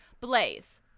Blaze